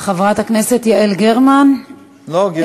חברת הכנסת יעל גרמן, לא גרמן.